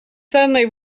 suddenly